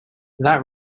that